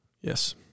Yes